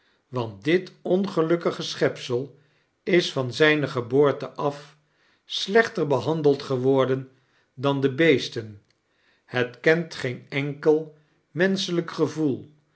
want dit ongelukkige schepsel is van zijne geboorte af slechter behandeld geworden dan de beesten het kent geen enkel menschelijk gevoel